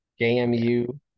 JMU